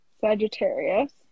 Sagittarius